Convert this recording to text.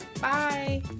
bye